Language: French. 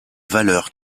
valeur